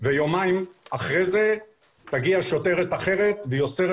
ויומיים אחר כך תגיע שוטרת אחרת והיא אוסרת